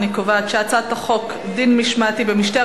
אני קובעת שהצעת חוק דין משמעתי במשטרת